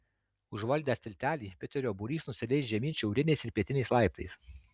užvaldęs tiltelį piterio būrys nusileis žemyn šiauriniais ir pietiniais laiptais